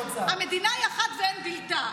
המדינה היא אחת ואין בלתה.